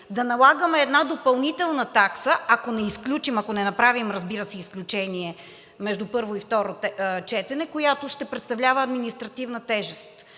да налагаме една допълнителна такса, ако не изключим, ако не направим, разбира се, изключение между първо и второ четене, която ще представлява административна тежест,